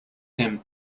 him